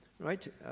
Right